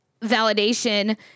validation